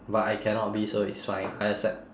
but I cannot be so it's fine I accept